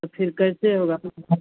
तो फिर कैसे होगा